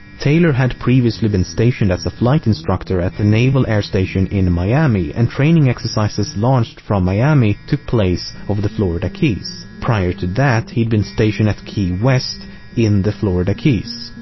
taylor had previously been stationed as a flight instructor at the naval air station in miami and training exercises launched from miami took place over the florida keys. prior to, he'd been stationed at key west in the florida keys.